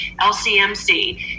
LCMC